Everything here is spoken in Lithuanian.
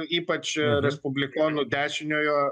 ypač respublikonų dešiniojo